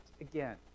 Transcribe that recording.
again